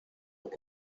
que